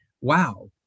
Wow